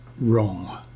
wrong